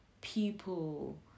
people